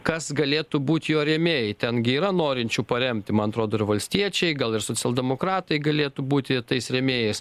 kas galėtų būt jo rėmėjai ten gi yra norinčių paremti man atrodo ir valstiečiai gal ir socialdemokratai galėtų būti tais rėmėjais